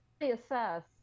assess